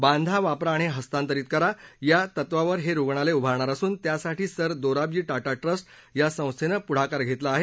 बांधा वापरा आणि हस्तांतरित करा या तत्त्वावर हे रुग्णालय उभारणार असून त्यासाठी सर दोराबजी टाटा ट्रस्ट या संस्थेनं पुढाकार घेतला आहे